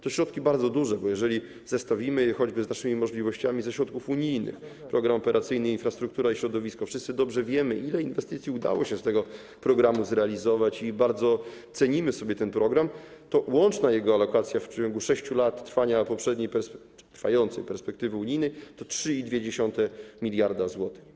To środki bardzo duże, bo jeżeli zestawimy je choćby z naszymi możliwościami ze środków unijnych, Program Operacyjny „Infrastruktura i środowisko” - wszyscy dobrze wiemy, ile inwestycji udało się z tego programu zrealizować i bardzo cenimy sobie ten program - to łączna jego alokacja w ciągu 6 lat trwania poprzedniej, trwającej perspektywy unijnej to 3,2 mld zł.